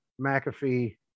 McAfee